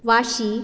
वाशीं